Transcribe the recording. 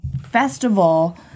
Festival